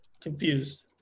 confused